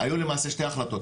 היו למעשה שתי החלטות,